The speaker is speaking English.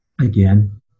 again